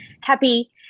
happy